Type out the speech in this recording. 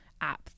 app